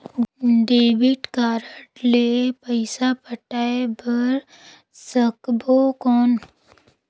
Debit card ले पइसा पटाय बार सकबो कौन?